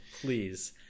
please